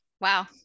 Wow